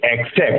accept